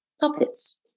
puppets